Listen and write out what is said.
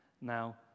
Now